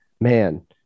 man